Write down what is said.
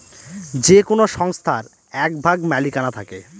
যে কোনো সংস্থার এক ভাগ মালিকানা থাকে